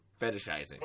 fetishizing